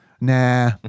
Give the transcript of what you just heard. Nah